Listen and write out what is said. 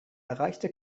erreichte